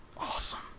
awesome